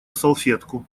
салфетку